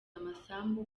amasambu